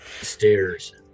Stairs